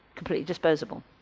completely disposable.